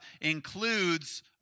includes